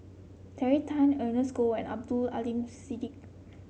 Terry Tan Ernest Goh and Abdul Aleem Siddique